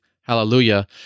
hallelujah